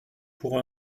pour